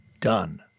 done